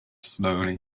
slowly